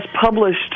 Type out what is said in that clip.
published